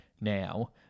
now